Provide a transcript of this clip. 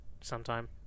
Sometime